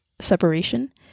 separation